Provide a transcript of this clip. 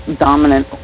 dominant